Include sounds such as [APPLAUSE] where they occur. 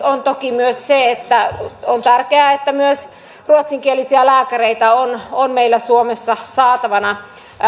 [UNINTELLIGIBLE] on toki myös se ja se on tärkeää että myös ruotsinkielisiä lääkäreitä on on meillä suomessa saatavana